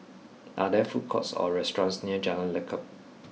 are there food courts or restaurants near Jalan Lekub